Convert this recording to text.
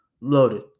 loaded